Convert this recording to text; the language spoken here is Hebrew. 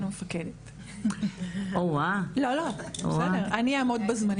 כן המפקדת, אני אעמוד בזמנים.